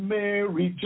Mary